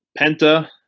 Penta